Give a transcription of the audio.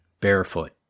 barefoot